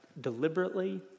deliberately